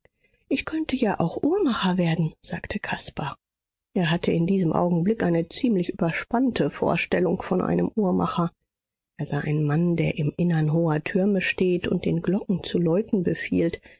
ich könnte ja auch uhrmacher werden sagte caspar er hatte in diesem augenblick eine ziemlich überspannte vorstellung von einem uhrmacher er sah einen mann der im innern hoher türme steht und den glocken zu läuten befiehlt